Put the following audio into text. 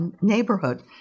neighborhood